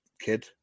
kid